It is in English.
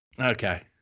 okay